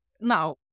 now